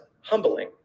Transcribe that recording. humbling